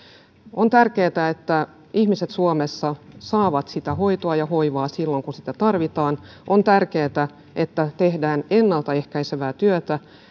on tärkeätä että ihmiset suomessa saavat hoitoa ja hoivaa silloin kun sitä tarvitaan on tärkeätä että tehdään ennalta ehkäisevää työtä